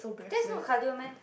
that's not cardio meh